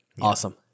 Awesome